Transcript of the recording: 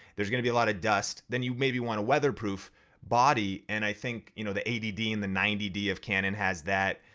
there's gonna be a lot of dust, then you maybe want a weatherproof body and i think you know the eighty d and the ninety d of canon has that.